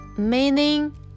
Meaning